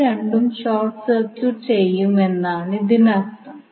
ഇവ രണ്ടും short circuit ചെയ്യുമെന്നാണ് ഇതിനർത്ഥം